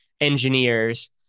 engineers